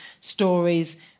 stories